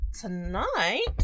tonight